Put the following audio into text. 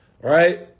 right